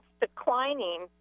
declining